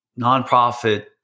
nonprofit